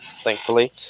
Thankfully